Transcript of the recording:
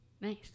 Nice